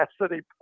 capacity